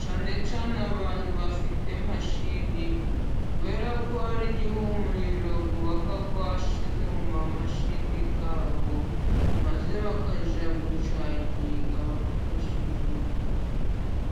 cyane cyane abantu bafite mashini, kubera ko harigihe umuriro uba washize, muri mashine zabo, maze bakajya gucaginga, bakoresheje umugozi.